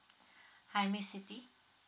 hi miss siti